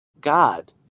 God